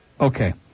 Okay